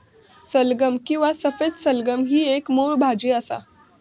सलगम किंवा सफेद सलगम ही एक मुळ भाजी असा